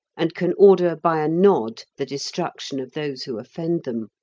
and can order by a nod the destruction of those who offend them.